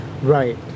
right